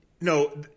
No